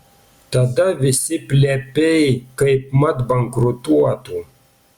tada visi plepiai kaipmat bankrutuotų